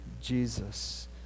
Jesus